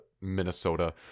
Minnesota